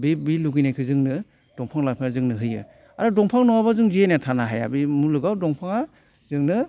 बे बै लुगैनायखौ जोंनो दंफां लाइफाङा जोंनो होयो आरो दंफां नङाबा जों जिरायना थानो हाया बे मुलुगाव दंफाङा जोंनो